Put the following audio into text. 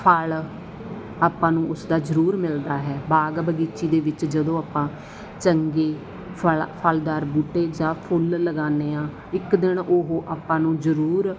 ਫਲ ਆਪਾਂ ਨੂੰ ਉਸਦਾ ਜ਼ਰੂਰ ਮਿਲਦਾ ਹੈ ਬਾਗ ਬਗੀਚੀ ਦੇ ਵਿੱਚ ਜਦੋਂ ਆਪਾਂ ਚੰਗੇ ਫਲ ਫਲਦਾਰ ਬੂਟੇ ਜਾਂ ਫੁੱਲ ਲਗਾਉਂਦੇ ਹਾਂ ਇੱਕ ਦਿਨ ਉਹ ਆਪਾਂ ਨੂੰ ਜ਼ਰੂਰ